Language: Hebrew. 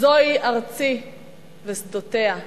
זוהי ארצי ושדותיה,